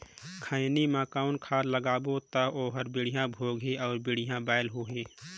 खैनी मा कौन खाद लगाबो ता ओहार बेडिया भोगही अउ बढ़िया बैल होही?